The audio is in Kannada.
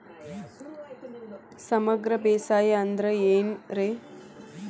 ಸಮಗ್ರ ಬೇಸಾಯ ಅಂದ್ರ ಏನ್ ರೇ?